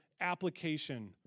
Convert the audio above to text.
application